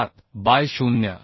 77 by 0